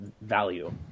value